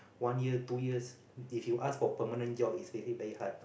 one year two years if you ask for permanent job it's really very hard